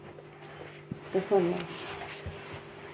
दिक्खो जी